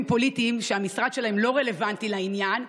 פוליטיים שהמשרד שלהם לא רלוונטי לעניין,